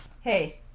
Hey